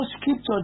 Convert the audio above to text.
scripture